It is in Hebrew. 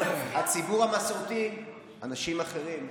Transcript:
הציבור המסורתי, אנשים אחרים.